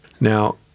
Now